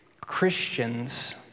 Christians